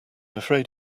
afraid